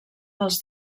pels